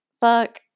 fuck